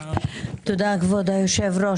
תודה כבוד היושב-ראש.